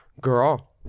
girl